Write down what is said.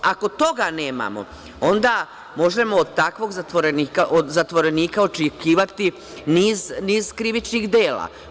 Ako toga nemamo, onda možemo od takvog zatvorenika očekivati niz krivičnih dela.